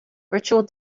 virtual